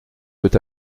veut